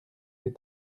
des